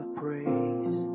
praise